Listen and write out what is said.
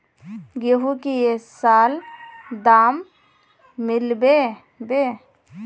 गेंहू की ये साल दाम मिलबे बे?